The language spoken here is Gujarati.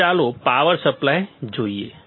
હવે ચાલો પાવર સપ્લાય જોઈએ